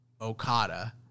okada